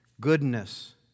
goodness